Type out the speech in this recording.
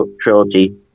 trilogy